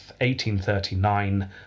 1839